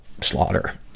slaughter